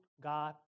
God